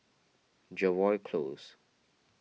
Jervois Close